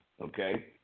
okay